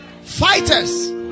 Fighters